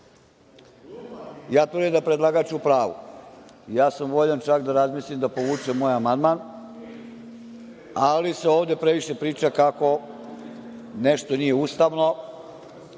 ja tvrdim da je predlagač u pravu i voljan sam čak da razmislim da povučem moj amandman, ali se ovde previše priča kako nešto nije ustavno,